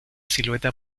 silueta